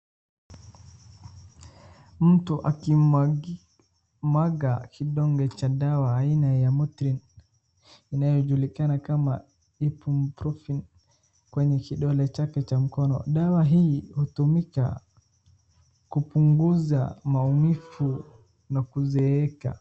Mtu akimwaga kidonge cha dawa aina ya muti inayojulikana kama ibuprofen kwenye kidole chake cha mkono, Dawa hii inatumika kupunguza maumivu na kuzeeka.